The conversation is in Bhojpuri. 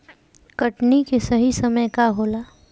कटनी के सही समय का होला?